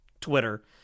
Twitter